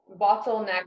bottleneck